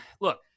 look